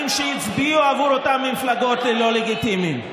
אתה הפכת ללא לגיטימי.